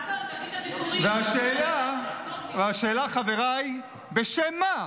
והשאלה, חבריי: בשם מה?